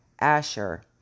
Asher